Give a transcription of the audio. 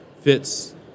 fits